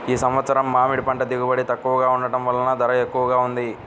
ఈ సంవత్సరం మామిడి పంట దిగుబడి తక్కువగా ఉండటం వలన ధర ఎక్కువగా ఉంది